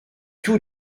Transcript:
tous